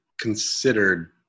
considered